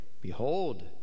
Behold